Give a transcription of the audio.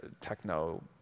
techno